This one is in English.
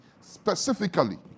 specifically